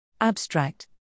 Abstract